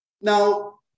Now